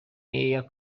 air